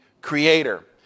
creator